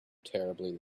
terribly